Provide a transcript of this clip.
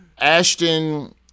Ashton